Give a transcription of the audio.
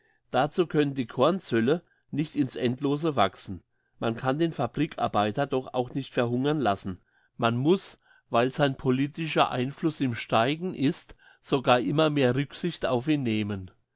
dazu können die kornzölle nicht in's endlose wachsen man kann den fabriksarbeiter doch auch nicht verhungern lassen man muss weil sein politischer einfluss im steigen ist sogar immer mehr rücksicht auf ihn nehmen